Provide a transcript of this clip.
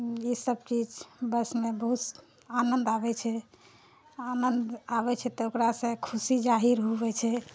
ई सब किछु बसमे बहुत आनन्द आबै छै आनन्द आबै छै तऽ ओकरासँ खुशी जाहिर हुवै छै